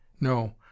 No